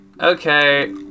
okay